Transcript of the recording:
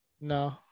No